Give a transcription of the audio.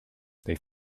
they